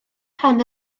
pen